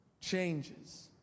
changes